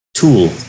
Tool